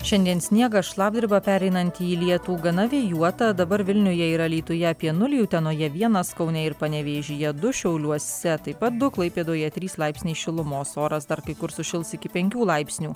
šiandien sniegas šlapdriba pereinanti į lietų gana vėjuota dabar vilniuje ir alytuje apie nulį utenoje vienas kaune ir panevėžyje du šiauliuose taip pat du klaipėdoje trys laipsniai šilumos oras dar kai kur sušils iki penkių laipsnių